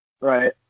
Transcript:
Right